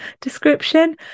description